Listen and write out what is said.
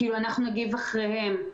אנחנו נגיב אחריהם.